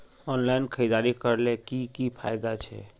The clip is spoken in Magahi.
ऑनलाइन खरीदारी करले की की फायदा छे?